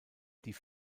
die